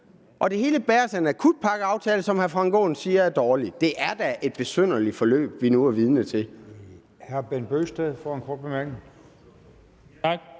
noget, der bæres af en akutpakkeaftale, som hr. Frank Aaen siger er dårlig. Det er da et besynderligt forløb, vi nu er vidne til.